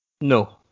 No